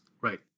right